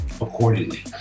accordingly